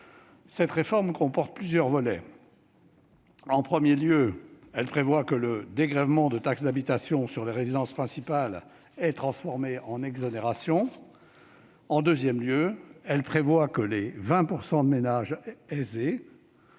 Cette réforme comporte plusieurs volets. En premier lieu, le dégrèvement de la taxe d'habitation sur les résidences principales est transformé en exonération. En deuxième lieu, les « 20 % de ménages aisés